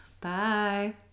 Bye